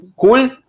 Cool